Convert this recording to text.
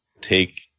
take